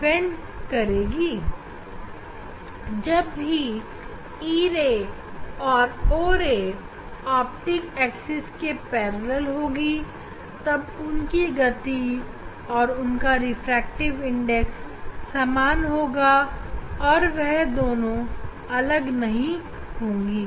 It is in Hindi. इस प्रकरण में O ray और e ray की गति और रिफ्रैक्टिव इंडेक्स समान है क्योंकि यह दोनों ऑप्टिक एक्सिस के साथ चल रही है और यह दोनों अलग अलग नहीं होंगी